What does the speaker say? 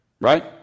Right